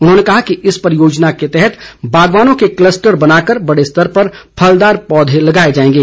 उन्होंने कहा कि इस परियोजना के तहत बागवानों के कलस्टर बनाकर बड़े स्तर पर फलदार पौधे लगाए जाएंगे